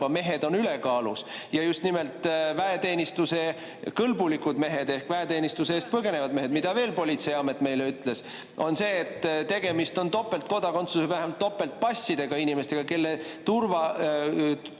mehed ülekaalus, ja just nimelt väeteenistuskõlblikud mehed ehk väeteenistuse eest põgenevad mehed. Mida veel politseiamet meile ütles, on see, et tegemist on topeltkodakondsuse, vähemalt topeltpassidega inimestega, kellele